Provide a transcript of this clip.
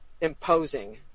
imposing